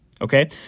Okay